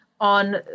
on